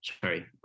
Sorry